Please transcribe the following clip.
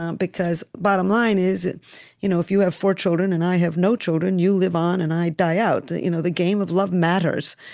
because bottom line is that you know if you have four children, and i have no children, you live on, and i die out. you know the game of love matters.